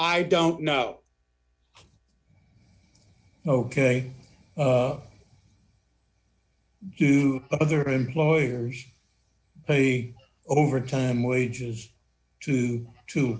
i don't know ok do other employers pay overtime wages to to